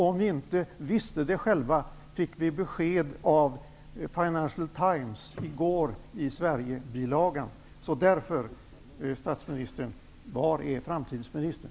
Om vi inte visste det, fick vi besked om det i Financial Times Sverigebilaga i går. Därför, herr statsminister: Var är framtidsministern?